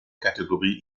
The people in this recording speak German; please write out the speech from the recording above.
kategorie